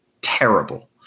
terrible